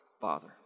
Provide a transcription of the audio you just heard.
Father